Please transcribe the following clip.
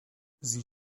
sie